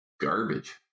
garbage